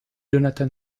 jonathan